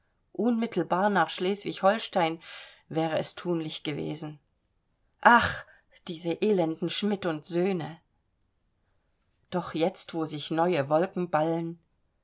unmittelbar nach schleswig holstein wäre es thunlich gewesen ach diese elenden schmitt söhne doch jetzt wo sich neue wolken ballen